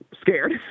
scared